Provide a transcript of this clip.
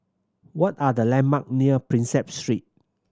what are the landmark near Prinsep Street